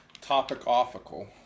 topical